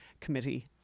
Committee